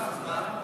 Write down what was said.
מה עם הצבעה?